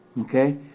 Okay